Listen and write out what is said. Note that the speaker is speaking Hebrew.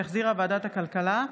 שהחזירה ועדת הכלכלה.